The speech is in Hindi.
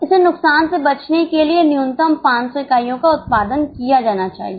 इसलिए नुकसान से बचने के लिए न्यूनतम 500 इकाइयों का उत्पादन किया जाना चाहिए